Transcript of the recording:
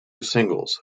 singles